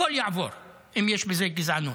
הכול יעבור אם יש בזה גזענות.